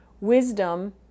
wisdom